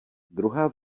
druhá